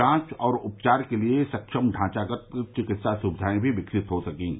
जांच और उपचार के लिए सक्षम ढांचागत चिकित्सा सुविधाएं भी विकसित हो सकीं